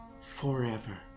forever